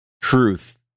truth